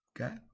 okay